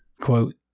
quote